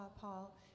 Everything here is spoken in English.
Paul